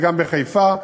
וגם בחיפה,